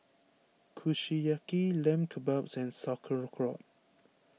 Kushiyaki Lamb Kebabs and Sauerkraut